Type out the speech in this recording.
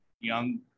young